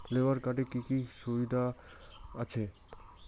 Labour কার্ডে কি কি সরকারি সুবিধা পাওয়া যাবে?